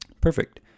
perfect